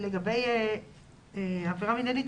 לגבי עבירה מינהלית,